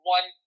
One